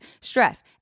stress